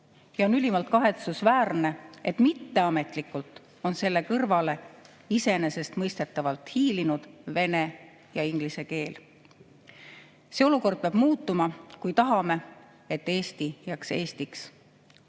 On ülimalt kahetsusväärne, et mitteametlikult on selle kõrvale iseenesestmõistetavalt hiilinud vene ja inglise keel. See olukord peab muutuma, kui tahame, et Eesti jääks Eestiks.